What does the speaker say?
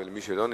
ומי שלא נמצא,